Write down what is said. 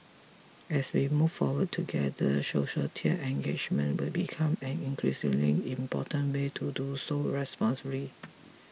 as we move forward together societal engagement will become an increasingly important way to do so responsibly